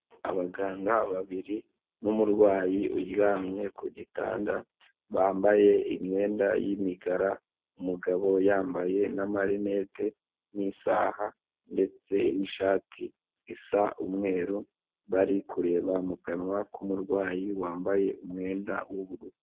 Abaganga babiri' n'umurwayi uryamye ku gitanda bambaye imyenda yimikara umugabo yambaye na marinette n'isaha, ndetse n'ishati isa umweru bari kureba mu kanwa k'umurwayi wambaye umwenda w'ubururu.